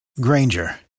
Granger